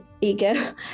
ego